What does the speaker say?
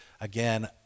again